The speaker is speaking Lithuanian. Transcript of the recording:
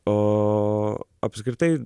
o apskritai